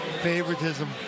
favoritism